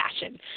fashion